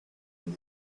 and